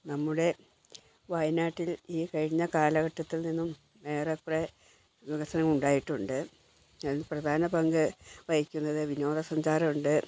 നമ്മുടെ വയനാട്ടിൽ ഈ കഴിഞ്ഞ കാലഘട്ടത്തിൽ നിന്നും ഏറെ കുറെ വികസനം ഉണ്ടായിട്ടുണ്ട് അതിന് പ്രധാന പങ്ക് വഹിക്കുന്നത് വിനോദസഞ്ചാരമുണ്ട്